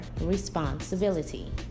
responsibility